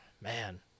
Man